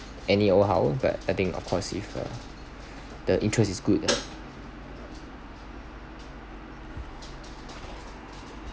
any old how but I think of course if uh the interest is good ah